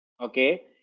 Okay